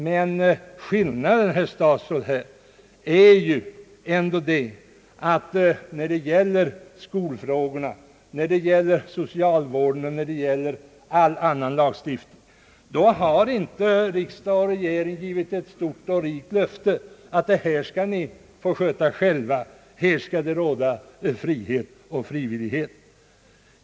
Men skillnaden, herr statsråd, är ändå att när det gäller skolfrågor, när det gäller socialvård och all annan lagstiftning har inte riksdag och regering givit ett stort och rikt löfte att kommunerna skall få sköta dessa frågor själva och att det skall råda frihet och frivillighet.